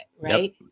right